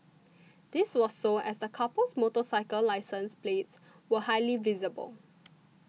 this was so as the couple's motorcycle license plates were highly visible